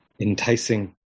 enticing